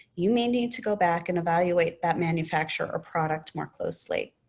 you may need to go back and evaluate that manufacturer or product more closely.